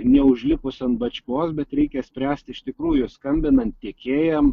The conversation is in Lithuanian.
neužlipus ant bačkos bet reikia spręst iš tikrųjų skambinant tiekėjam